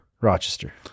Rochester